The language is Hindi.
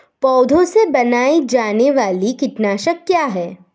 पौधों से बनाई जाने वाली कीटनाशक क्या है?